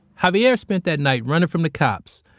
javier spent that night running from the cops,